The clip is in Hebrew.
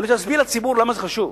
אני רוצה להסביר לציבור למה זה חשוב.